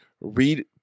Read